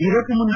ಇದಕ್ಕೂ ಮುನ್ನ